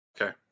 Okay